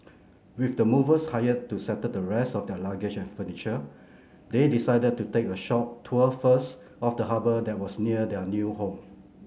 with the movers hired to settle the rest of their luggage and furniture they decided to take a short tour first of the harbour that was near their new home